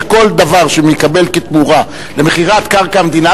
שכל דבר שמתקבל כתמורה למכירת קרקע המדינה,